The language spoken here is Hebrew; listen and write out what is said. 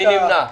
מי נמנע?